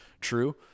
true